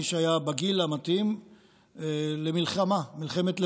מי שהיה בגיל המתאים, למלחמה, מלחמת לבנון,